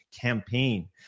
campaign